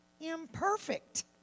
imperfect